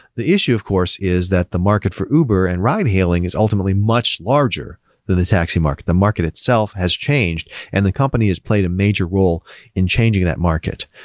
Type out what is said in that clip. the issue of course is that the market for uber and ride hailing is ultimately much larger than the taxi market. the market itself has changed and the company has played a major role in changing that market.